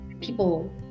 people